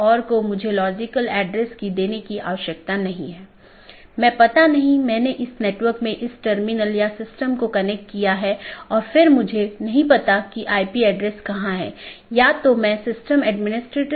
यहाँ दो प्रकार के पड़ोसी हो सकते हैं एक ऑटॉनमस सिस्टमों के भीतर के पड़ोसी और दूसरा ऑटॉनमस सिस्टमों के पड़ोसी